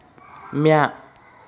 म्या